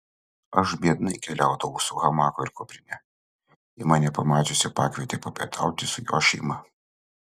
aš biednai keliaudavau su hamaku ir kuprine ji mane pamačiusi pakvietė papietauti su jos šeima